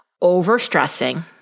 over-stressing